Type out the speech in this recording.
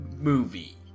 movie